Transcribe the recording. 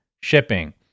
shipping